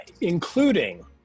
including